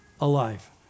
alive